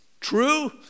True